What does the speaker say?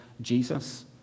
Jesus